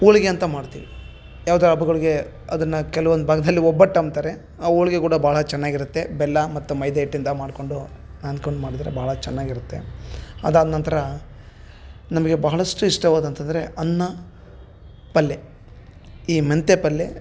ಹೋಳ್ಗೆ ಅಂತ ಮಾಡ್ತಿವಿ ಯಾವುದ್ರ ಹಬ್ಬಗಳ್ಗೆ ಅದನ್ನು ಕೆಲವೊಂದು ಭಾಗ್ದಲ್ ಒಬ್ಬಟ್ಟು ಅಂಬ್ತಾರೆ ಆ ಹೋಳ್ಗೆ ಕೂಡ ಭಾಳ ಚೆನ್ನಾಗಿರತ್ತೆ ಬೆಲ್ಲ ಮತ್ತು ಮೈದ ಹಿಟ್ಟಿಂದ ಮಾಡಿಕೊಂಡು ಅನ್ಕೊಂಡು ಮಾಡಿದರೆ ಭಾಳ ಚೆನ್ನಾಗಿರತ್ತೆ ಅದಾದನಂತ್ರ ನಮಗೆ ಬಹಳಷ್ಟು ಇಷ್ಟವಾದಂತಂದರೆ ಅನ್ನ ಪಲ್ಯೆ ಈ ಮೆಂತೆ ಪಲ್ಯೆ